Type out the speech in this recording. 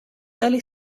early